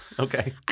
Okay